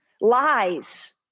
lies